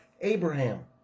Abraham